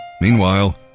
Meanwhile